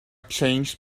changed